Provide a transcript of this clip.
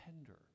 tender